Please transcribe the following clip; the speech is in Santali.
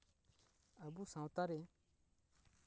ᱟᱵᱚ ᱥᱟᱶᱛᱟ ᱨᱮ